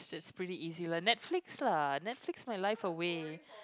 it's pretty easy lah Netflix lah Netflix my life away